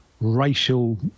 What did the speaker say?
racial